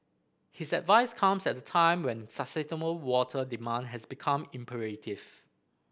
his advice comes at a time when sustainable water demand has become imperative